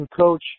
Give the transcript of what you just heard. coach